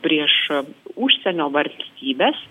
prieš užsienio valstybes